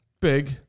Big